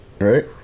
right